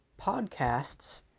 podcasts